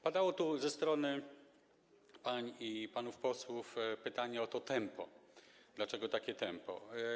Padało tu ze strony pań i panów posłów pytanie o to tempo, dlaczego takie tempo.